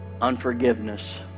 Unforgiveness